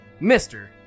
Mr